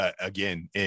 again